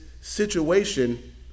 situation